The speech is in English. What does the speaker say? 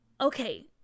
Okay